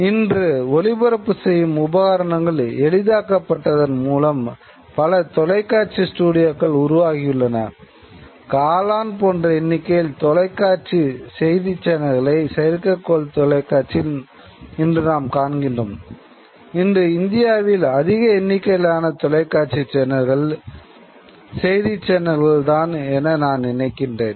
இன்று ஒளிப்பதிவு செய்யும் உபகரணங்கள் எளிதாக்கப்பட்டதன் மூலம் பல தொலைக்காட்சி தான் என நான் நினைக்கிறேன்